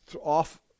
off